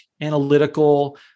analytical